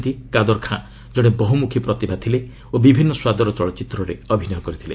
ରାଷ୍ଟ୍ରପତି କହିଛନ୍ତି କାଦର ଖାଁ ଜଣେ ବହୁମୁଖୀ ପ୍ରତିଭା ଥିଲେ ଓ ବିଭିନ୍ନ ସ୍ୱାଦର ଚଳଚ୍ଚିତ୍ରରେ ଅଭିନୟ କରିଥିଲେ